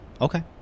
Okay